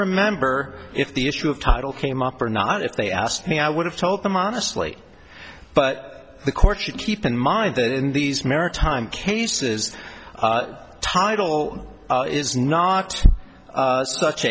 remember if the issue of title came up or not if they asked me i would have told them honestly but the court should keep in mind that in these maritime cases the title is not such